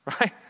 Right